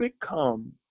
become